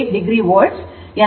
8o volt ಬರುತ್ತಿದೆ